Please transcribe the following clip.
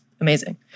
amazing